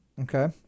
Okay